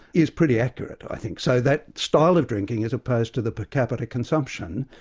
is pretty accurate i think. so that style of drinking as opposed to the per capita consumption,